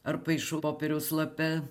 ar paišau popieriaus lape